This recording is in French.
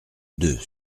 deux